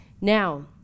Now